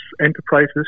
enterprises